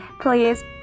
please